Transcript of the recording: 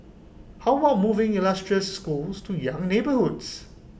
how about moving illustrious schools to young neighbourhoods